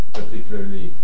particularly